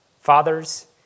fathers